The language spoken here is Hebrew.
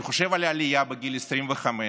אני חושב על העלייה בגיל 25,